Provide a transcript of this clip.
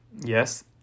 yes